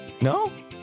No